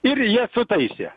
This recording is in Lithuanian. ir jie sutaisė